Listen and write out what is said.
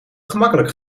gemakkelijk